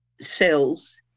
cells